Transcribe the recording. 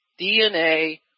DNA